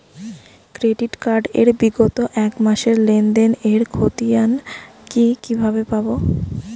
Credit card এর বিগত এক মাসের লেনদেন এর ক্ষতিয়ান কি কিভাবে পাব?